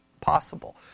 possible